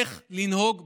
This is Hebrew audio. איך לנהוג בירושלים.